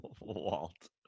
Walt